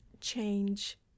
change